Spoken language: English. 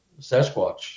Sasquatch